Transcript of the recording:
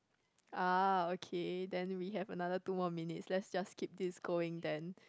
ah okay then we have another two more minutes let's just keep this going then